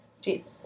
Jesus